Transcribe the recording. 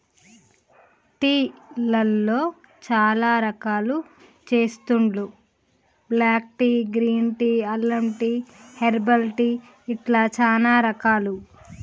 tea లలో చాల రకాలు చెస్తాండ్లు బ్లాక్ టీ, గ్రీన్ టీ, అల్లం టీ, హెర్బల్ టీ ఇట్లా చానా రకాలు